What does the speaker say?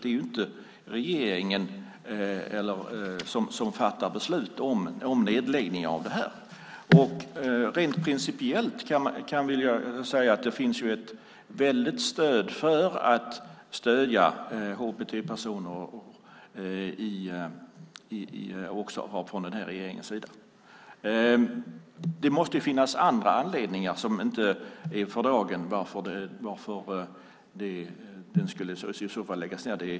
Det är inte regeringen som fattar beslut om nedläggning av det här. Rent principiellt vill jag säga att det finns ett väldigt stöd för att stödja HBT-personer från den här regeringens sida. Det måste finnas andra anledningar till att den i så fall skulle läggas ned.